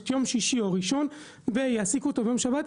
יום שישי או ראשון ויעסיקו אותו ביום שבת,